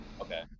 Okay